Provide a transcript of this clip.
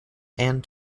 and